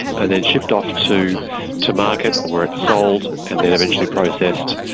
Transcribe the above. and then shipped off to to market where it's sold and then eventually processed,